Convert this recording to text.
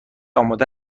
آماده